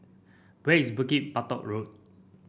where is Bukit Batok Road